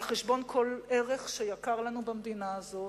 על חשבון כל ערך שיקר לנו במדינה הזאת.